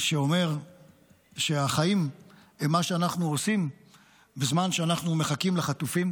שאומר שהחיים הם מה שאנחנו עושים בזמן שאנחנו מחכים לחטופים